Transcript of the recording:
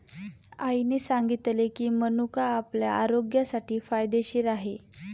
आईने सांगितले की, मनुका आपल्या आरोग्यासाठी फायदेशीर आहे